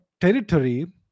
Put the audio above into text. territory